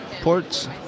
ports